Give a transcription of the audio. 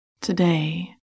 Today